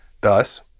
Thus